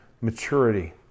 maturity